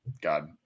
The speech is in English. God